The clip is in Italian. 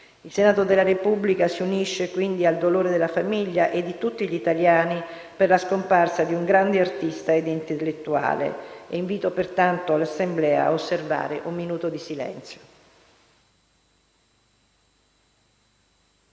Il Senato della Repubblica si unisce quindi al dolore della famiglia e di tutti gli italiani per la scomparsa di un grande artista e intellettuale. Invito pertanto l'Assemblea ad osservare un minuto di silenzio.